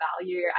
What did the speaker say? value